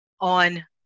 on